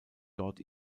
dort